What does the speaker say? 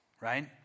right